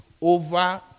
over